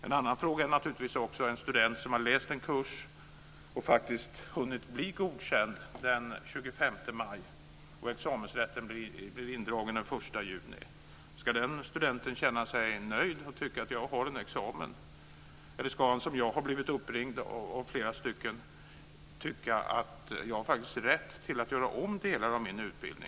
En annan fråga är naturligtvis om en student som har läst en kurs och faktiskt hunnit bli godkänd den 25 maj men får examensrätten indragen den 1 juni ska känna sig nöjd och tycka att han eller hon har en examen. Jag har blivit uppringd av flera som har tyckt att de faktiskt har rätt att göra om delar av sin utbildning.